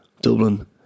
Dublin